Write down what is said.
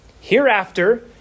Hereafter